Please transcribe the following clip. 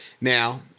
Now